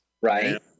Right